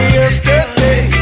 yesterday